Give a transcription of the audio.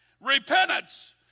repentance